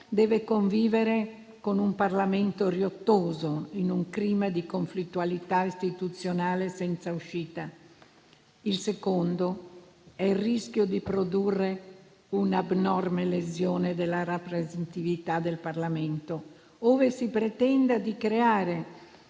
deve convivere con un Parlamento riottoso, in un clima di conflittualità istituzionale senza uscita; il secondo è il rischio di produrre un'abnorme lesione della rappresentatività del Parlamento, ove si pretenda di creare